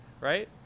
Right